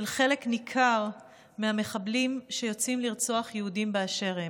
חלק ניכר מהמחבלים שיוצאים לרצוח יהודים באשר הם.